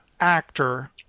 actor